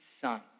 son